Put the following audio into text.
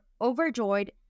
overjoyed